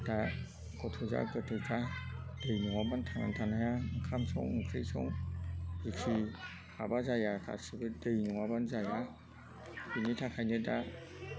दा गथ'फ्रा गथ'फ्रा दै नङाबानो थांना थानो हाया ओंखाम सं ओंख्रि सं जेखि माबा जाया गासिबो दै नङाबानो जाया बिनि थाखायनो दा